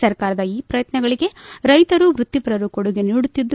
ಸರ್ಕಾರದ ಈ ಪ್ರಯತ್ನಗಳಿಗೆ ರೈತರು ವೃತ್ತಿಪರರು ಕೊಡುಗೆ ನೀಡುತ್ತಿದ್ದು